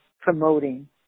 promoting